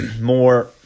more